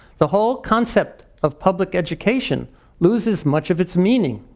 the whole concept of public education loses much of its meaning,